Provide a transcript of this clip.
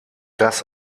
das